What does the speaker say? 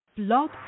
Blog